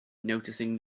noticing